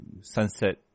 Sunset